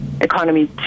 economy